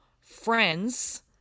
friends